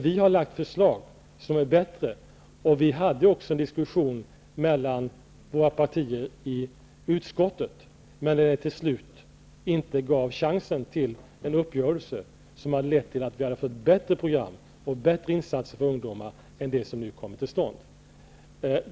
Vi har lagt fram förslag som är bättre, och vi hade också i utskottet en diskussion mellan våra partier, när ni till slut inte gav chansen till en uppgörelse som kunde ha lett till att vi hade fått bättre program och bättre insatser för ungdomar än de som nu kommer till stånd.